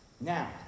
Now